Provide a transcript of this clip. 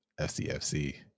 FCFC